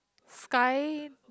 sky